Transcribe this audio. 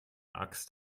axt